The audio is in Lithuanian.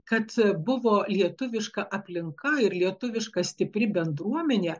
kad buvo lietuviška aplinka ir lietuviška stipri bendruomenė